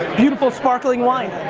beautiful sparkling wine,